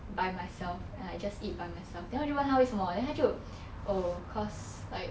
by myself I just eat by myself then 我就问他为什么 then 他就 oh cause like